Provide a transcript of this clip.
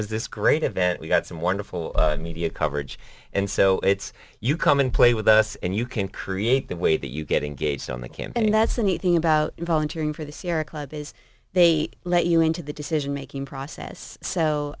was this great event we got some wonderful media coverage and so it's you come and play with us and you can create the way that you get engaged on the camp and that's a neat thing about volunteering for the sierra club is they let you into the decision making process so